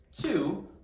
Two